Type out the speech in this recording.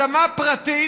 אדמה פרטית,